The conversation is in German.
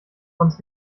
ons